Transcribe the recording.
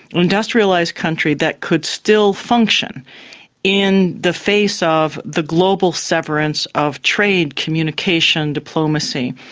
industrialised country that could still function in the face of the global severance of trade, communication, diplomacy.